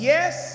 Yes